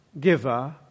giver